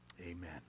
amen